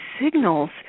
signals